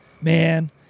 man